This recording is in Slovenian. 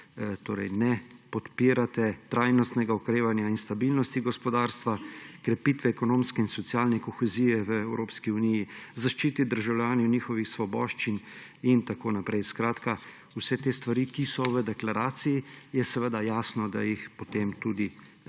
da ne podpirate trajnostnega okrevanja in stabilnosti gospodarstva, krepitve ekonomske in socialne kohezije v Evropski uniji, zaščite državljanov in njihovih svoboščin in tako naprej. Skratka, za vse te stvari, ki so v deklaraciji, je jasno, da jih tudi ne